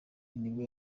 nibwo